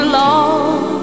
long